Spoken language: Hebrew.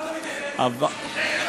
אז למה אתה מתייחס?